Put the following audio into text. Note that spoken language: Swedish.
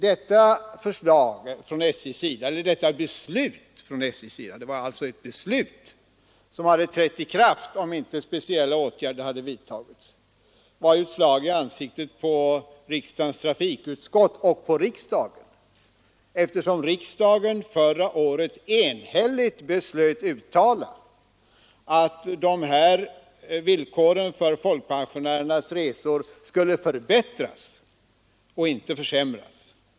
Detta beslut från SJ:s sida — det var alltså inte ett förslag utan ett beslut, som skulle ha trätt i kraft om inte speciella åtgärder hade vidtagits — var ett slag i ansiktet på riksdagens trafikutskott och på riksdagen, eftersom riksdagen förra året enhälligt beslöt uttala att villkoren för folkpensionärernas resor skulle förbättras och inte försämras.